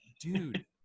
dude